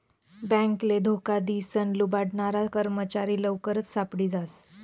बॅकले धोका दिसन लुबाडनारा कर्मचारी लवकरच सापडी जास